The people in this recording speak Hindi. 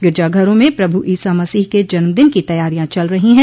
गिरजाघरों में प्रभू ईसा मसीह क जन्मदिन की तैयारियां चल रही है